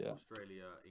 Australia